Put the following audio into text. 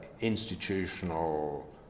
institutional